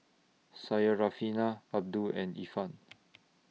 Syarafina Abdul and Irfan